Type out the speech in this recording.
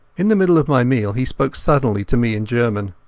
in the middle of my meal he spoke suddenly to me in german,